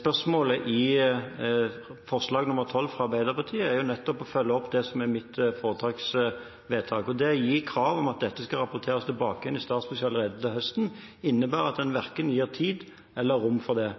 spørsmålet i forslag nr. 12 fra Arbeiderpartiet, er jo nettopp å følge opp det som er mitt foretaksvedtak, og det å stille krav om at dette skal rapporteres tilbake i statsbudsjettet allerede til høsten, innebærer at en verken gir tid eller rom for det.